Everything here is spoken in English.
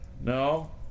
No